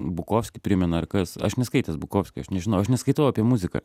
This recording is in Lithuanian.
bukovskį primena ar kas aš neskaitęs bukovskio aš nežinau aš neskaitau apie muziką